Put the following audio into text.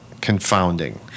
Confounding